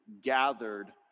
gathered